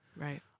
Right